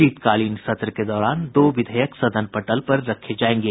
शीतकालीन सत्र के दौरान दो विधेयक सदन पटल पर रखे जाएंगे